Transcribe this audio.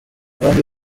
abandi